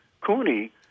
Cooney